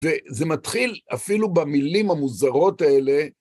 וזה מתחיל אפילו במילים המוזרות האלה.